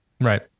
Right